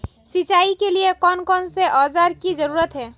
सिंचाई के लिए कौन कौन से औजार की जरूरत है?